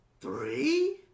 Three